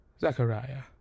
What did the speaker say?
Zachariah